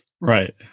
Right